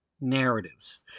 narratives